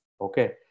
Okay